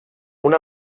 una